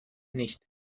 nicht